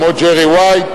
כמו ג'רי ווייט,